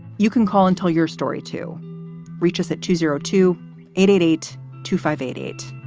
you can call and tell your story to reach us at two zero two eight eight eight two five eight eight.